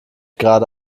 gerade